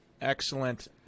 excellent